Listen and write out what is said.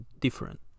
different